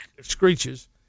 screeches